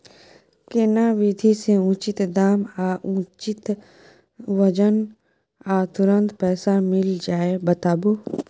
केना विधी से उचित दाम आ उचित वजन आ तुरंत पैसा मिल जाय बताबू?